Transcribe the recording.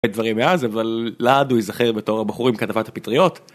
דברים מאז אבל לעד הוא ייזכר בתור הבחור עם כתבת הפטריות.